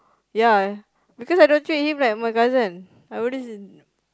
ya because I don't treat him like my cousin I always in